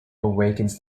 awakens